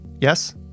Yes